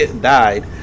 died